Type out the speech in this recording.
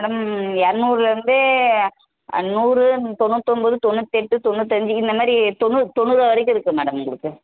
madam இரநூறுலருந்தே நூறு தொண்ணூத்தொம்பது தொண்ணூத்தெட்டு தொண்ணூத்தஞ்சு இந்த மாதிரி தொண்ணூறு தொண்ணூறு வரைக்கும் இருக்குது மேடம் உங்களுக்கு